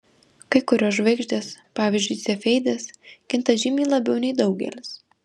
kai kurios žvaigždės pavyzdžiui cefeidės kinta žymiai labiau nei daugelis